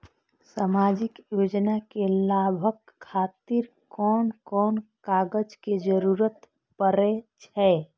सामाजिक योजना के लाभक खातिर कोन कोन कागज के जरुरत परै छै?